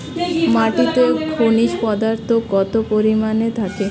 মাটিতে খনিজ পদার্থ কত পরিমাণে থাকে?